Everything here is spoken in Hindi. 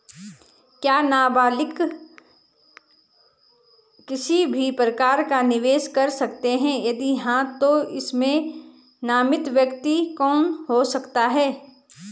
क्या नबालिग किसी भी प्रकार का निवेश कर सकते हैं यदि हाँ तो इसमें नामित व्यक्ति कौन हो सकता हैं?